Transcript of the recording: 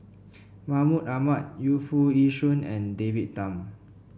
Mahmud Ahmad Yu Foo Yee Shoon and David Tham